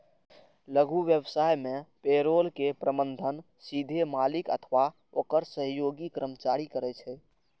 लघु व्यवसाय मे पेरोल के प्रबंधन सीधे मालिक अथवा ओकर सहयोगी कर्मचारी करै छै